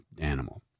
animal